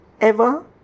Ever